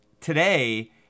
today